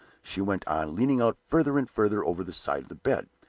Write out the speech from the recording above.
she went on, leaning out further and further over the side of the bed.